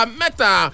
meta